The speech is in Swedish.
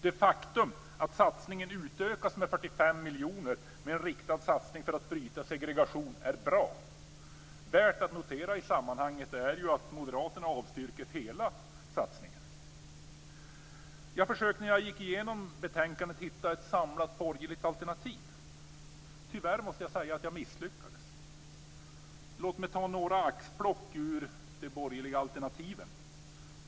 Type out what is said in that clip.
Det faktum att satsningen utökas med 45 miljoner kronor med en riktad satsning för att bryta segregationen är bra. Det är värt att notera i sammanhanget att Moderaterna avstyrker hela satsningen. Jag försökte när jag gick igenom betänkandet att hitta ett samlat borgerligt alternativ. Tyvärr misslyckades jag. Låt mig ta några axplock ur de borgerliga alternativen.